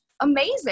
amazing